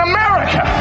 America